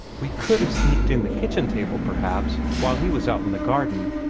we could have sneaked in the kitchen table, perhaps, while he was out in the garden,